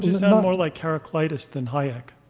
you sound more like heraclides than hayek.